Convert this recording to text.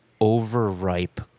overripe